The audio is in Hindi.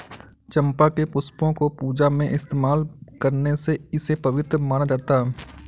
चंपा के पुष्पों को पूजा में इस्तेमाल करने से इसे पवित्र माना जाता